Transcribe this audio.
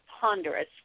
ponderous